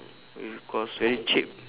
it cost very cheap